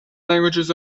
languages